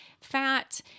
fat